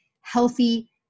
healthy